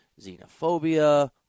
Xenophobia